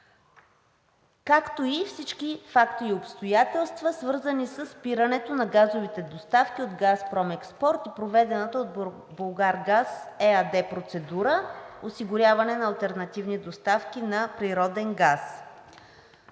както и всички факти и обстоятелства, свързани със спирането на газовите доставки от „Газпром Експорт“, и проведената от „Булгаргаз“ ЕАД процедура – осигуряване на алтернативни доставки на природен газ.“